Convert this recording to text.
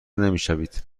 نمیشوید